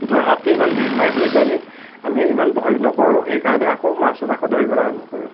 ঢোৰা সাপটোৰ ইমান বিহ নাই বুলি জানি আমি ইমান ভয় নকৰোঁ সেইকাৰণে আকৌ মাছটো আকৌ ধৰিবলৈ আৰম্ভ কৰোঁ